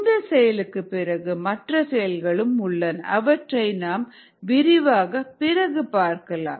இந்த செயலுக்குப் பிறகு மற்ற செயல்களும் உள்ளன அவற்றை நாம் விரிவாக பிறகு பார்க்கலாம்